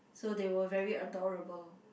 so they were very adorable